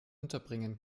unterbringen